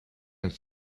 and